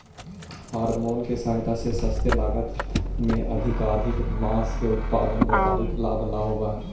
hormone की सहायता से सस्ते लागत में अधिकाधिक माँस का उत्पादन व्यापारिक लाभ ला होवअ हई